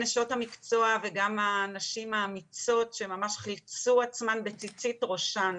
נשות המקצוע וגם הנשים האמיצות שממש חילצו עצמן בציצית ראשון,